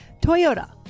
toyota